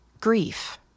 Grief